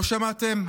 לא שמעתם?